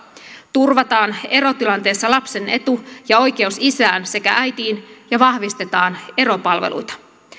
turvataan erotilanteessa lapsen etu ja oikeus isään sekä äitiin ja vahvistetaan eropalveluita